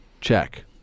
check